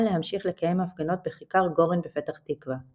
להמשיך לקיים הפגנות בכיכר גורן בפתח תקווה.